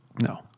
No